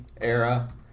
era